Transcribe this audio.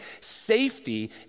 safety